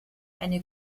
eine